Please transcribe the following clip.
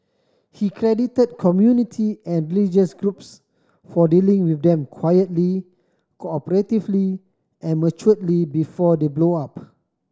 he credited community and religious groups for dealing with them quietly cooperatively and maturely before they blow up